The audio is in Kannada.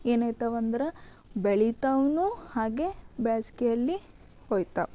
ಏನಾಗ್ತವೆ ಅಂದ್ರೆ ಬೆಳೀತಾವೂ ಹಾಗೆ ಬೇಸ್ಗೆಯಲ್ಲಿ ಹೋಗ್ತಾವ